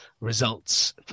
results